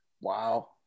Wow